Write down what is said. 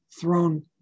Throne